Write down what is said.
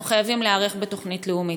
אנחנו חייבים להיערך בתוכנית לאומית.